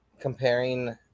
comparing